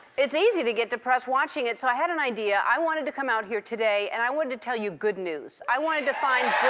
it's easy to get depressed watching it, so i had an idea. i wanted to come out here today, and i wanted to tell you good news. i wanted to find